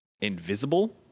invisible